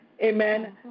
Amen